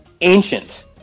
ancient